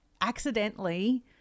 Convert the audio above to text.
accidentally